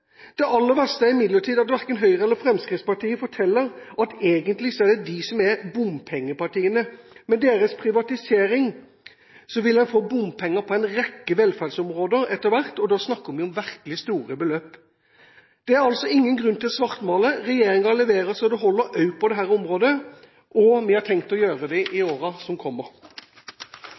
Det aller verste er imidlertid at verken Høyre eller Fremskrittspartiet forteller at det egentlig er de som er bompengepartiene. Med deres privatisering vil man få bompenger på en rekke velferdsområder etter hvert. Da snakker vi om virkelig store beløp. Det er altså ingen grunn til å svartmale. Regjeringen leverer så det holder, også på dette området, og vi har tenkt å gjøre det i årene som kommer.